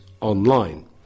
online